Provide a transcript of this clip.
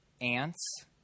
ants